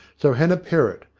so hannah perrott,